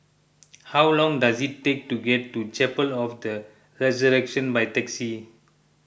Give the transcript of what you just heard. how long does it take to get to Chapel of the Resurrection by taxi